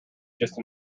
just